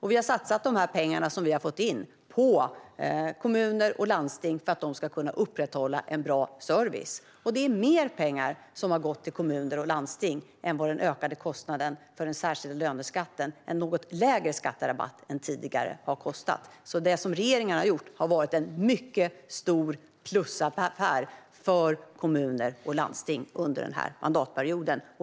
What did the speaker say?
Vi har satsat pengarna som vi fått in på kommuner och landsting för att de ska kunna upprätthålla bra service, och det är mer pengar som har gått till kommuner och landsting än vad den höjda kostnaden för den särskilda löneskatten - en något lägre skatterabatt än tidigare - har varit, så det som regeringen har gjort har varit en mycket stor plusaffär för kommuner och landsting under den här mandatperioden.